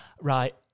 right